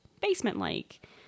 basement-like